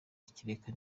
kereka